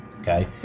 Okay